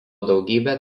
daugybę